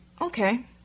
Okay